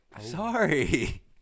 Sorry